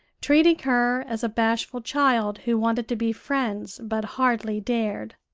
treating her as a bashful child who wanted to be friends but hardly dared.